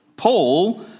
Paul